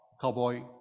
cowboy